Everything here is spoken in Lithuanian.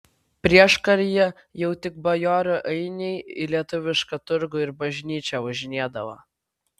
prieškaryje jau tik bajorų ainiai į lietuvišką turgų ir bažnyčią važinėdavo